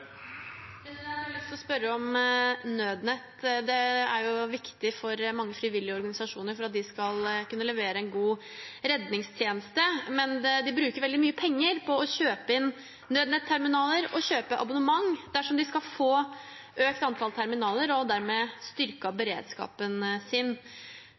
Jeg har lyst til å spørre om nødnett. Det er viktig for mange frivillige organisasjoner for at de skal kunne levere en god redningstjeneste, men de bruker veldig mye penger på å kjøpe inn nødnetterminaler og på å kjøpe abonnement dersom de skal få økt antall terminaler og dermed få styrket beredskapen sin.